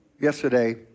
yesterday